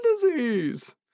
disease